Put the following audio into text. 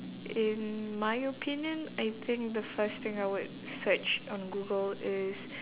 in my opinion I think the first thing I would search on google is